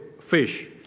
fish